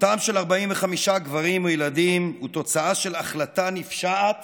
מותם של 45 גברים וילדים הוא תוצאה של החלטה נפשעת